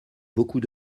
beaucoup